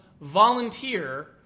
volunteer